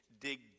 dig